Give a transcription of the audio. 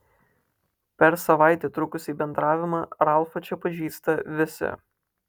per savaitę trukusį bendravimą ralfą čia pažįsta visi